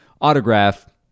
autograph